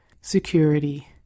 security